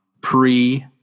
pre